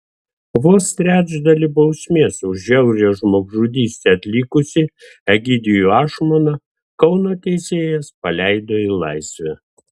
vos trečdalį bausmės už žiaurią žmogžudystę atlikusį egidijų ašmoną kauno teisėjas paleido į laisvę